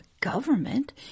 government